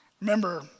Remember